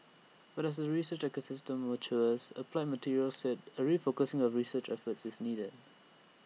but as the research ecosystem matures applied materials said A refocusing of research efforts is needed